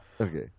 Okay